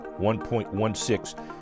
1.16